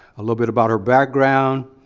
a little bit about her background,